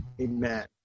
Amen